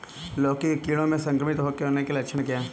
लौकी के कीड़ों से संक्रमित होने के लक्षण क्या हैं?